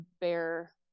bear